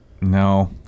No